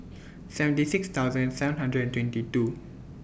seventy six thousand seven hundred and twenty two